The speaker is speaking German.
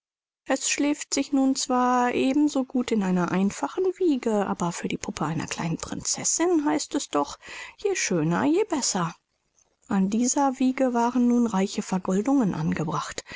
es schläft sich nun zwar eben so gut in einer einfachen wiege aber für die puppe einer kleinen prinzessin heißt es doch je schöner je besser an dieser wiege waren nun reiche vergoldungen angebracht